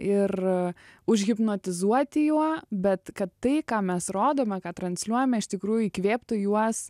ir užhipnotizuoti juo bet kad tai ką mes rodome ką transliuojame iš tikrųjų įkvėptų juos